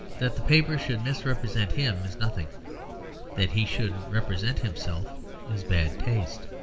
that the paper should misrepresent him is nothing that he should represent himself is bad taste.